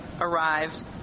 arrived